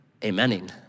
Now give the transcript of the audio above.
amening